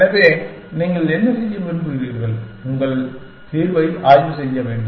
எனவே நீங்கள் என்ன செய்ய விரும்புகிறீர்கள் உங்கள் தீர்வை ஆய்வு செய்ய வேண்டும்